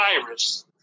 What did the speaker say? virus